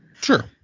Sure